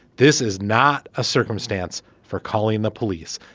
this is not a circumstance for calling the police.